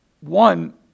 One